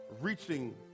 reaching